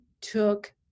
took